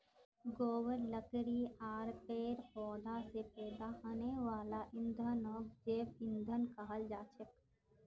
गोबर लकड़ी आर पेड़ पौधा स पैदा हने वाला ईंधनक जैव ईंधन कहाल जाछेक